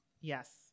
Yes